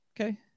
Okay